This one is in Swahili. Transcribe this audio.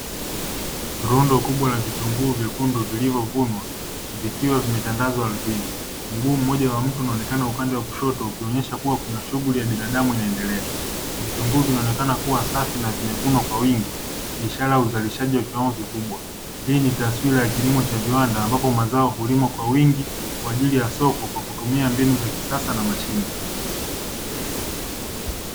Rundo kubwa la vitunguu vyekundu vilivyovunwa vikiwa vimetandazwa ardhini Mguu mmoja wa mtu unaonekana upande wa kushoto ukionyesha kuwa kuna shughuli ya binadamu inaendelea. Vitunguu vinaonekana kuwa safi na vimevunwa kwa wingi ishara ya uzalishaji wa kiwango kikubwa. Hii ni taswira ya kilimo cha viwanda ambapo mazao hulimwa kwa wingi kwa ajili ya soko kwa kutumia mbinu za kisasa na mashine.